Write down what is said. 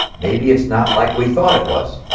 maybe it's not like we thought it was.